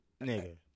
Nigga